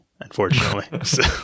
unfortunately